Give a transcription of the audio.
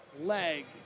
leg